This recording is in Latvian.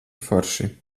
forši